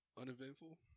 Uneventful